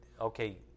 Okay